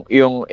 yung